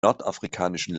nordafrikanischen